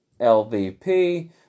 LVP